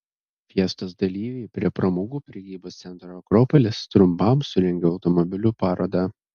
fiestos dalyviai prie pramogų prekybos centro akropolis trumpam surengė automobilių parodą